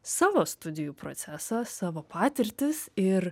savo studijų procesą savo patirtis ir